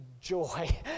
joy